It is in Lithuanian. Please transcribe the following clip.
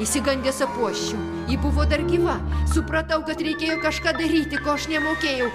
išsigandęs apuoščiau ji buvo dar gyva supratau kad reikėjo kažką daryti ko aš nemokėjau